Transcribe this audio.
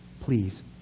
Please